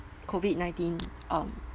COVID nineteen um